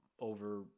over